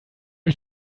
ich